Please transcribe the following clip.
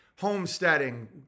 homesteading